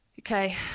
Okay